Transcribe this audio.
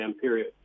period